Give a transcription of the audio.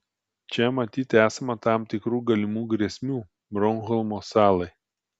čia matyt esama tam tikrų galimų grėsmių bornholmo salai